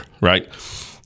right